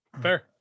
Fair